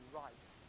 right